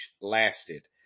lasted